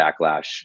backlash